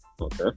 okay